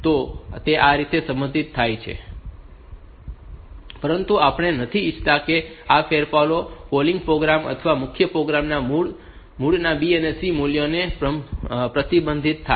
તો તે રીતે તે સંશોધિત થાય છે પરંતુ આપણે નથી ઇચ્છતા કે આ ફેરફારો કૉલિંગ પ્રોગ્રામ અથવા મુખ્ય પ્રોગ્રામ ના મૂળના B અને C મૂલ્યોમાં પ્રતિબિંબિત થાય